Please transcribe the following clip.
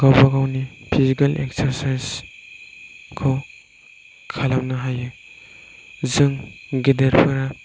गावबा गावनि फिजिकेल एक्सारसाइसखौ खालामनो हायो जों गेदेरफोरा